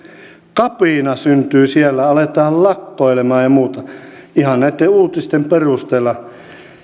kapina syntyy siellä aletaan lakkoilemaan ja muuta ihan näitten uutisten perusteella mitä